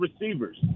receivers